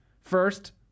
First